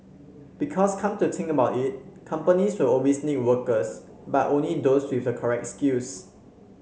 because come to think about it companies will always need workers but only those with the correct skills